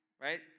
right